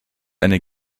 eine